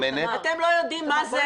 היא ממומנת --- אתם לא יודעים מה זה